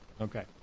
Okay